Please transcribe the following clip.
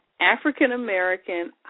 African-American